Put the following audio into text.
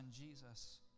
Jesus